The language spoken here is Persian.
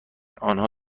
آنها